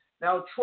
Now